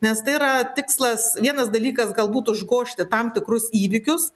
nes tai yra tikslas vienas dalykas galbūt užgožti tam tikrus įvykius